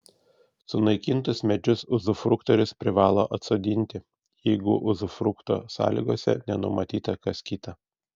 sunaikintus medžius uzufruktorius privalo atsodinti jeigu uzufrukto sąlygose nenumatyta kas kita